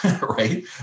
right